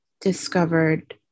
discovered